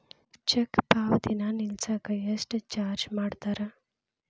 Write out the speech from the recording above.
check ಪಾವತಿನ ನಿಲ್ಸಕ ಎಷ್ಟ ಚಾರ್ಜ್ ಮಾಡ್ತಾರಾ